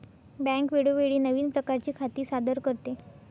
bank वेळोवेळी नवीन प्रकारची खाती सादर करते